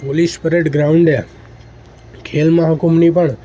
police parade ગ્રાઉન્ડે ખેલ મહાકુંભની પણ